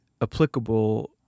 applicable